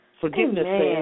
Forgiveness